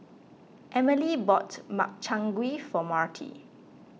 Emelie bought Makchang Gui for Marty